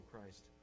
Christ